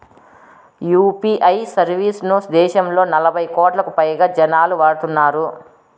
UPI service ను దేశంలో నలభై కోట్లకు పైగా జనాలు వాడుతున్నారు